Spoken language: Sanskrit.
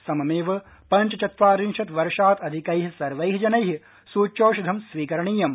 सममेव पव्चचत्वारिशत् वर्षात् अधिकै सवैं जनै सूच्यौषधं स्वीकरणीयम्